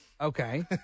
Okay